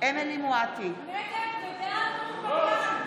אמילי חיה מואטי, נגד פטין מולא,